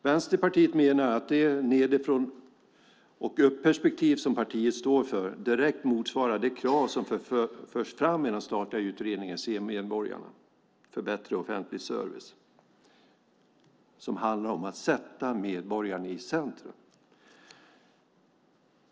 Vänsterpartiet menar att det nedifrånperspektiv som partiet står för direkt motsvarar det krav som förs fram i den statliga utredningen Se medborgarna - för bättre offentlig service som handlar om att sätta medborgarna i centrum.